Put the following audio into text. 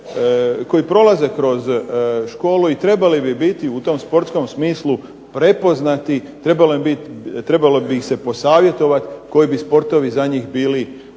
koji prolaze kroz školu i trebali bi biti u tom sportskom smislu prepoznati, trebalo bi ih se posavjetovati koji bi sportovi za njih bili optimalni,